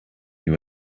you